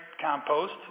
compost